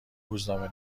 روزنامه